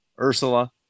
Ursula